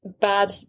bad